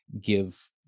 give